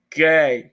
Okay